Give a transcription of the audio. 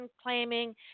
claiming